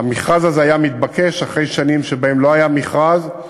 שהמכרז הזה התבקש אחרי שנים שבהן לא היה מכרז,